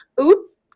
Oop